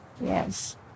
Yes